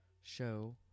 show